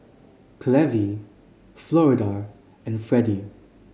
Clevie Florida and Fredie